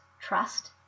trust